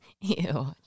Ew